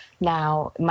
now